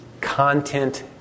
content